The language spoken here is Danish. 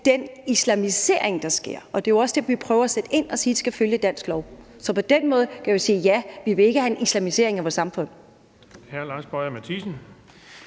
den islamisering, der sker, og det er jo også derfor, vi prøver at sætte ind og siger, at de skal følge dansk lov. Så på den måde kan vi sige: Nej, vi vil ikke have en islamisering af vores samfund.